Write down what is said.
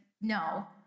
no